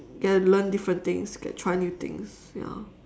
get to learn different things get to try new things ya